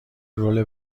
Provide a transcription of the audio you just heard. رول